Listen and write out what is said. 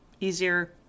easier